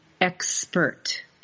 expert